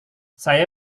saya